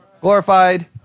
glorified